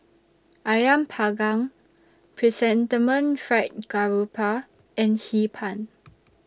Ayam Panggang Chrysanthemum Fried Garoupa and Hee Pan